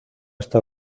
está